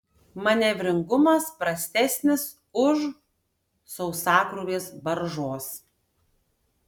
manevringumas prastesnis už sausakrūvės baržos